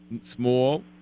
small